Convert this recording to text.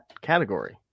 category